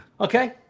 Okay